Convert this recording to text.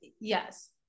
Yes